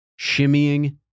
shimmying